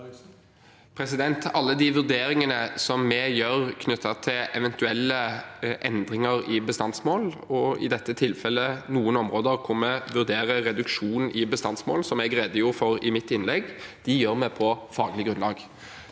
Alle de vurderingene vi gjør knyttet til eventuelle endringer i bestandsmål, og i dette tilfellet noen områder hvor vi vurderer reduksjon i bestandsmål, som jeg redegjorde for i mitt innlegg, gjør vi på faglig grunnlag.